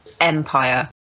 empire